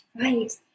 Right